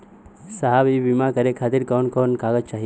साहब इ बीमा करें खातिर कवन कवन कागज चाही?